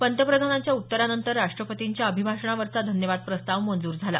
पंतप्रधानांच्या उत्तरानंतर राष्ट्रपतींच्या अभिभाषणावरचा धन्यवाद प्रस्ताव मंजूर झाला